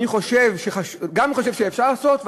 אני גם חושב שאפשר לעשות,